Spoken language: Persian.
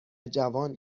جوان